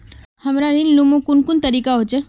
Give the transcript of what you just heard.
हमरा ऋण लुमू कुन कुन तरीका होचे?